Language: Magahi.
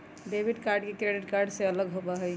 डेबिट कार्ड क्रेडिट कार्ड से अलग होबा हई